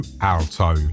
Alto